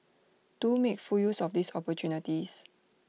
do make full use of these opportunities